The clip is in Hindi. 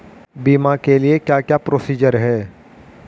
बीमा के लिए क्या क्या प्रोसीजर है?